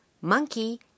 monkey